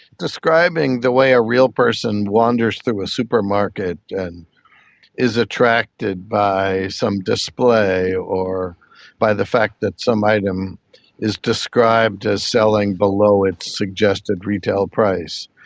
describing the way a real person wanders through a supermarket and is attracted by some display or by the fact that some item is described as selling below its suggested retail price.